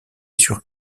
sur